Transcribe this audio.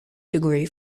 degree